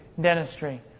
dentistry